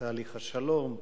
תהליך השלום,